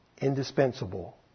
indispensable